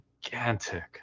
gigantic